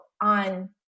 on